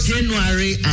January